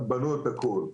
בנו את הכל.